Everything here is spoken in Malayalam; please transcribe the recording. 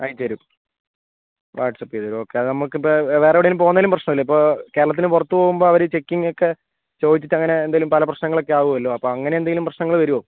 അയച്ചുതരും വാട്സപ്പ് ചെയ്തുതരും ഓക്കെ അതു നമുക്കിപ്പോൾ വേറെ എവിടെയെങ്കിലും പോകുന്നതിലും പ്രശ്നമില്ലേ ഇപ്പോൾ കേരളത്തിൻ്റെ പുറത്തുപോകുമ്പോൾ അവർ ചെക്കിങ് ഒക്കെ ചോദിച്ചിട്ട് അങ്ങനെ എന്തെങ്കിലും പല പ്രശ്നങ്ങളൊക്കെ ആവുമല്ലോ അപ്പോൾ അങ്ങനെ എന്തെങ്കിലും പ്രശ്നങ്ങൾ വരുമോ